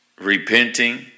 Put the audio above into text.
repenting